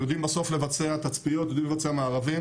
הם יודעים בסוף לבצע תצפיות, לבצע מארבים.